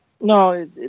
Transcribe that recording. No